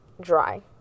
dry